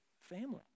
family